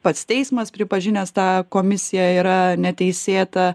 pats teismas pripažinęs tą komisiją yra neteisėta